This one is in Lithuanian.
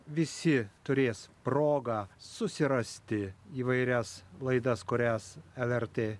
visi turės progą susirasti įvairias laidas kurias lrt